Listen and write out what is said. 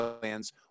plans